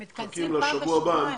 אנחנו מחכים לשבוע הבא.